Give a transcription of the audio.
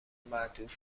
معطوف